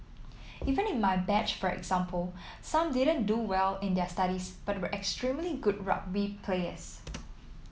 even in my batch for example some didn't do well in their studies but were extremely good rugby players